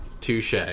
Touche